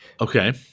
Okay